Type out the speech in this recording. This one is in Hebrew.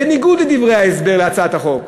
בניגוד לדברי ההסבר להצעת החוק,